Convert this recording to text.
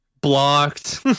blocked